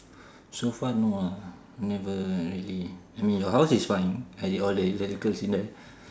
so far no lah never really I mean your house is fine I all the electricals in the